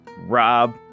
Rob